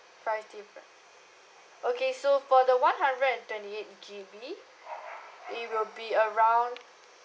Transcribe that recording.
price difference okay so for the one hundred and twenty eight G_B it will be around